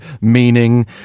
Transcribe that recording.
meaning